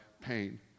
pain